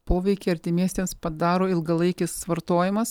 poveikį artimiesiems padaro ilgalaikis vartojimas